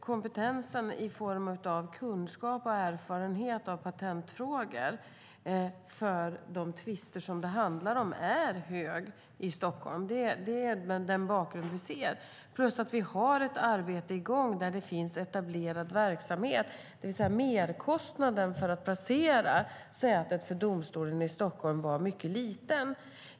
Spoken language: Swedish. Kompetensen i form av kunskap och erfarenhet av patentfrågor i de tvister det handlar om är hög i Stockholm; det är den bakgrund vi ser - plus att vi har ett arbete i gång där det finns etablerad verksamhet, det vill säga att merkostnaden för att placera sätet för domstolen i Stockholm var mycket liten.